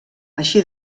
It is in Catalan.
així